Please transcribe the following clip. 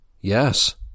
Yes